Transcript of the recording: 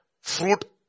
fruit